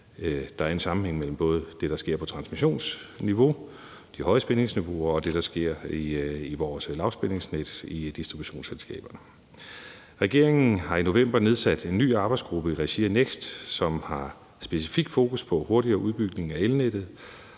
der er en sammenhæng mellem det, der sker på transmissionsniveau, de høje spændingsniveauer og det, der sker i vores lavspændingsnet i distributionsselskaberne. Regeringen har i november nedsat en ny arbejdsgruppe i regi af NEKST, som har specifikt fokus på hurtigere udbygning af elnettet,